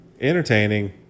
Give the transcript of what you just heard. Entertaining